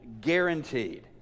guaranteed